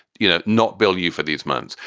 you know, not bill you for these months.